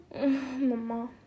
Mama